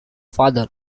father